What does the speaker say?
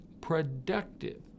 productive